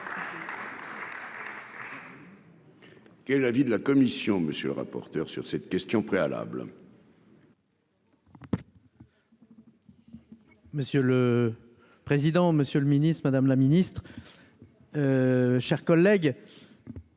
Que l'avis de la commission, monsieur le rapporteur sur cette question préalable. Monsieur le président, Monsieur le Ministre, Madame la Ministre, chers collègues,